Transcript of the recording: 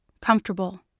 comfortable